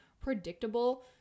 predictable